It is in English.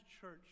church